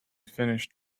finished